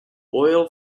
oil